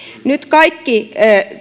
nyt kaikki